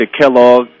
Kellogg